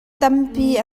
tampi